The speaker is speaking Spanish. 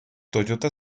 toyota